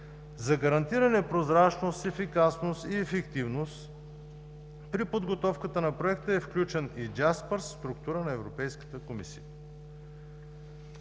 За гарантиране прозрачност, ефикасност и ефективност при подготовката на проекта е включен и „Джаспърс“ – структура на Европейската комисия.